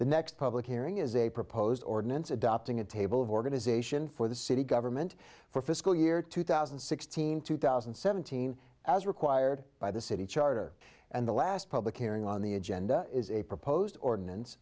the next public hearing is a proposed ordinance adopting a table of organization for the city government for fiscal year two thousand and sixteen two thousand and seventeen as required by the city charter and the last public hearing on the agenda is a proposed ordinance